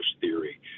theory